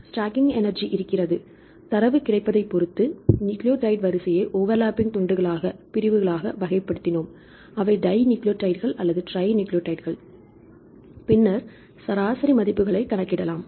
stacking energy இருக்கிறது தரவு கிடைப்பதைப் பொறுத்து நியூக்ளியோடைடு வரிசையை ஓவர்லப்பிங் துண்டுகளாக பிரிவுகளாக வகைப்படுத்தினோம் அவை டைநியூக்ளியோடைகள் அல்லது ட்ரைநியூக்ளியோடைடுகள் பின்னர் சராசரி மதிப்புகளைக் கணக்கிடலாம்